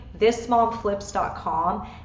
thismomflips.com